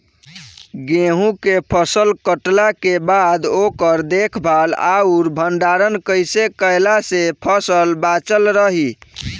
गेंहू के फसल कटला के बाद ओकर देखभाल आउर भंडारण कइसे कैला से फसल बाचल रही?